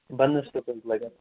بَنٛنَس کوٗتاہ حظ لَگہِ اَتھ